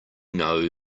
know